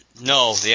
No